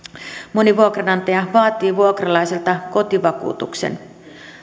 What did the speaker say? moni vuokranantaja vaatii vuokralaiselta kotivakuutuksen